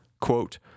Quote